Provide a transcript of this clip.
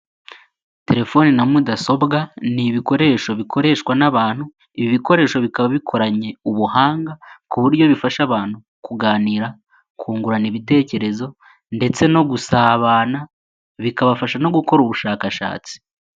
Telefoni na mudasobwa ni ibikoresho bikoreshwa n'abantu, ibi bikoresho bikaba bikoranye ubuhanga, ku buryo bifasha abantu kuganira, kungurana ibitekerezo ndetse no gusabana, bikabafasha no gukora ubushakashatsi.